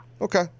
Okay